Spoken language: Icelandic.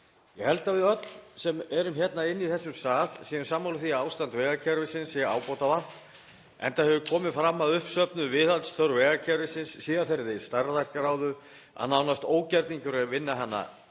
Ég held að við öll sem erum hérna inni í þessum sal séum sammála því að ástandi vegakerfisins sé ábótavant, enda hefur komið fram að uppsöfnuð viðhaldsþörf vegakerfisins sé af þeirri stærðargráðu að nánast er ógerningur að vinna á